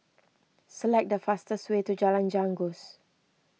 select the fastest way to Jalan Janggus